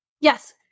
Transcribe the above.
Yes